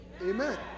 Amen